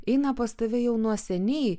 eina pas tave jau nuo seniai